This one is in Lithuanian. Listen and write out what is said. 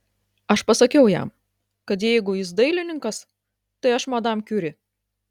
aš pasakiau jam kad jeigu jis dailininkas tai aš madam kiuri